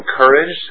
encouraged